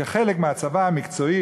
כחלק מהצבא המקצועי,